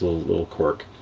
little little quirk.